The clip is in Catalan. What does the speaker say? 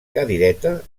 cadireta